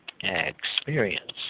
experience